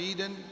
Eden